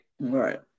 Right